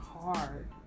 hard